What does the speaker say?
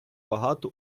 багато